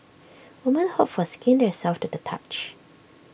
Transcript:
women hope for skin that is soft to the touch